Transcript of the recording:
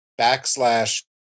backslash